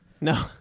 No